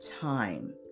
time